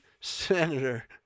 senator